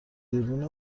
دوربین